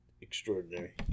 Extraordinary